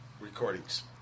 recordings